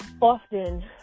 often